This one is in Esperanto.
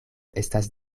estas